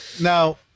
Now